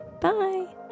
Bye